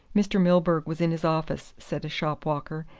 mr. milburgh was in his office, said a shop-walker,